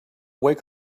wake